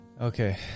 Okay